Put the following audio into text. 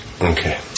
Okay